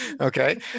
okay